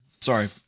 sorry